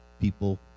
people